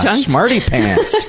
smarty pants.